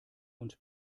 und